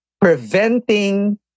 preventing